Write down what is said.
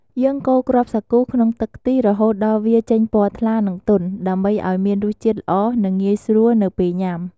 យើងកូរគ្រាប់សាគូក្នុងទឹកខ្ទិះ រហូតដល់វាចេញពណ៌ថ្លា និងទន់ ដើម្បីឱ្យមានរសជាតិល្អ និងងាយស្រួលនៅពេលញុាំ។